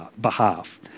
behalf